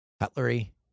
Cutlery